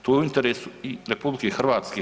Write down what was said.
To je u interesu i RH.